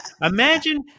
Imagine